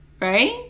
right